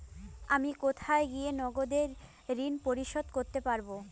আমি কোথায় গিয়ে নগদে ঋন পরিশোধ করতে পারবো?